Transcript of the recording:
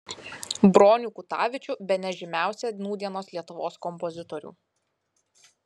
bronių kutavičių bene žymiausią nūdienos lietuvos kompozitorių